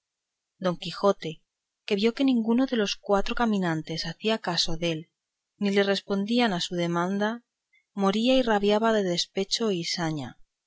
don quijote que vio que ninguno de los cuatro caminantes hacía caso dél ni le respondían a su demanda moría y rabiaba de despecho y saña